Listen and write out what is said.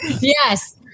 Yes